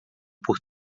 por